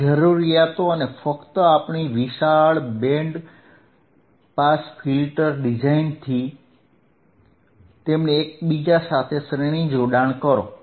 આ જરૂરિયાતો અને ફક્ત આપણી વિશાળ બેન્ડ બેન્ડ પાસ ફિલ્ટર ડિઝાઇનથી તેમને એકસાથે શ્રેણી જોડાણ્ કરો